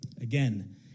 Again